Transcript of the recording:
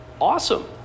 Awesome